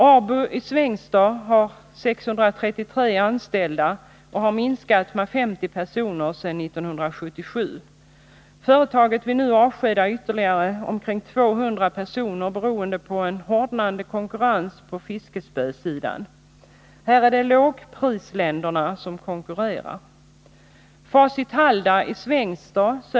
ABU i Svängsta har 633 anställda och har minskat med 50 personer sedan 1977. Företaget vill nu avskeda ytterligare omkring 200 personer, beroende på en hårdnande konkurrens på fiskespösidan. Här är det lågprisländerna som konkurrerar.